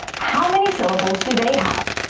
how many syllables do they have?